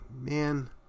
man